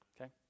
Okay